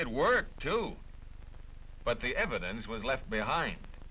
at work too but the evidence was left behind